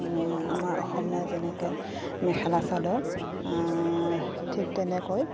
আমাৰ অসমীয়াৰ যেনেকৈ মেখেলা চাদৰ ঠিক তেনেকৈ